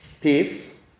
peace